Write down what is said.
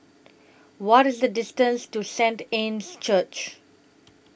What IS The distance to Saint Anne's Church